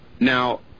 Now